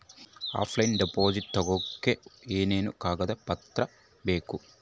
Offline deposit ತೆಗಿಯೋದಕ್ಕೆ ಏನೇನು ಕಾಗದ ಪತ್ರ ಬೇಕು?